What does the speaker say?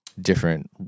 different